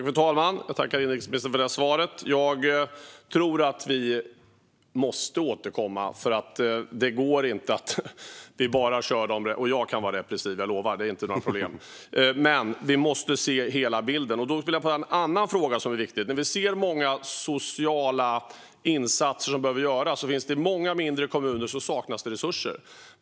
Fru talman! Jag tackar inrikesministern för svaret. Jag tror att vi måste återkomma, för det går inte att bara köra. Jag kan vara repressiv - jag lovar, det är inga problem - men vi måste se hela bilden. Jag har en annan fråga som är viktig. Vi ser många sociala insatser som behöver göras, men i många mindre kommuner saknas resurser.